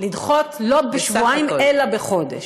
לדחות לא בשבועיים אלא בחודש.